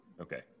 Okay